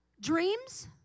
dreams